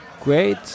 great